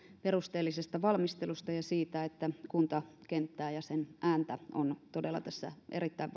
perusteellisesta valmistelusta ja siitä että kuntakenttää ja sen ääntä on todella tässä erittäin